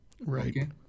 Right